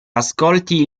ascolti